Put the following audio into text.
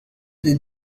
des